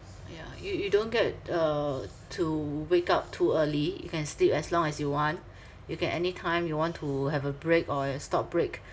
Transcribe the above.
yeah you you don't get uh to wake up too early you can sleep as long as you want you can anytime you want to have a break or a stop break